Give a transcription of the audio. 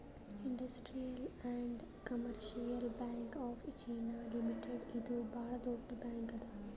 industrial and commercial bank of China limited ಇದು ಭಾಳ್ ದೊಡ್ಡ ಬ್ಯಾಂಕ್ ಅದಾ